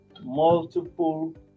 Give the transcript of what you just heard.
multiple